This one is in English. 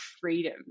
freedom